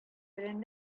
белән